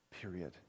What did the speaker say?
period